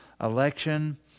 election